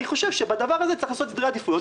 אני חושב שבדבר הזה צריך לעשות סדרי עדיפויות,